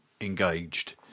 engaged